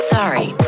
Sorry